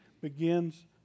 begins